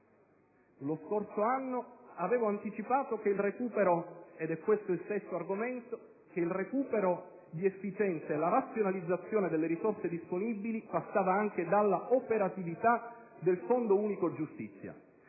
Lo scorso anno avevo anticipato - è questo il sesto argomento - che il recupero di efficienza e la razionalizzazione delle risorse disponibili passava anche dalla operatività del Fondo unico giustizia.